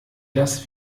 das